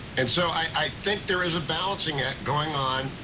and so i think there's a balancing act going on,